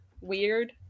weird